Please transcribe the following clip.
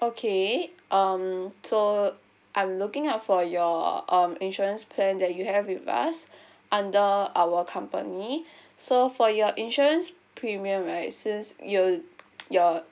okay um so I'm looking out for your um insurance plan that you have with us under our company so for your insurance premium right since you your